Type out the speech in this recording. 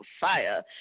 Fire